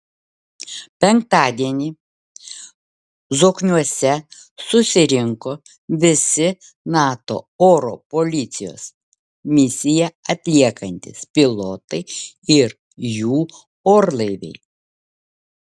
penktadienį zokniuose susirinko visi nato oro policijos misiją atliekantys pilotai ir jų orlaiviai